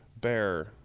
Bear